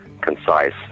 concise